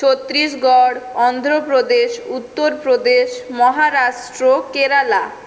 Chhattisgarh Andhra Pradesh Uttar Pradesh Maharashtra Kerala